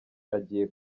agiye